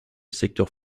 secteur